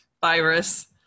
virus